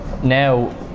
Now